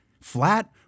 flat